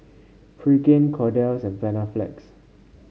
Pregain Kordel's and Panaflex